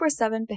24-7